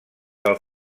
del